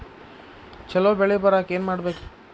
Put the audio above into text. ಛಲೋ ಬೆಳಿ ಬರಾಕ ಏನ್ ಮಾಡ್ಬೇಕ್?